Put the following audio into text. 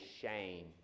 shame